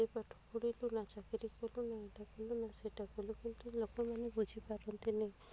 ଏତେ ପାଠ ପଢ଼ିଲୁ ନା ଚାକିରି କଲୁ ନା ଏଇଟା କଲୁ ନା ସେଇଟା କଲୁ କିନ୍ତୁ ଲୋକମାନେ ବୁଝି ପାରନ୍ତିନି